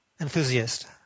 enthusiast